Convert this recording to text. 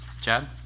Chad